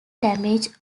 damage